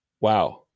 wow